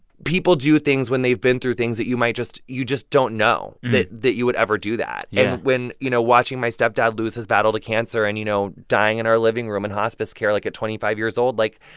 people do things when they've been through things that you might just you just don't know that that you would ever do that yeah and when, you know, watching my stepdad lose his battle to cancer and, you know, dying in our living room in hospice care, like, at twenty five years old, like,